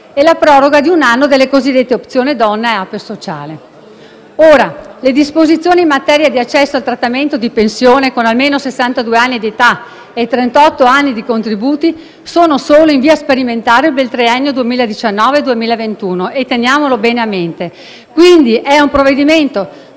e la proroga di un anno delle cosiddette opzione donna e APE sociale. Le disposizioni in materia di accesso al trattamento di pensione con almeno sessantadue anni di età e trentotto anni di contributi sono solo in via sperimentale per il triennio 2019-2021: teniamolo bene a mente. È, quindi, un provvedimento